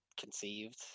conceived